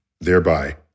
thereby